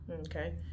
Okay